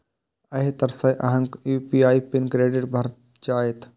एहि तरहें अहांक यू.पी.आई पिन क्रिएट भए जाएत